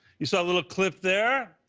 you saw a little clip there.